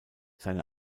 seine